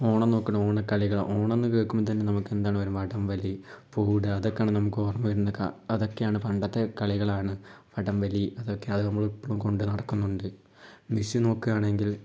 ഓണം നോക്കണം ഓണകളികൾ ഓണമെന്ന് കേൾക്കുമ്പം തന്നെ നമുക്ക് എന്താണ് വടംവലി പൂവിട അതൊക്കെയാണ് നമുക്ക് ഓർമ്മ വരുന്ന ക അതൊക്കെയാണ് പണ്ടത്തെ കളികളാണ് വടംവലി അതൊക്കെ അത് നമ്മൾ ഇപ്പളും കൊണ്ടു നടക്കുന്നുണ്ട് വിഷു നോക്കാണെങ്കിൽ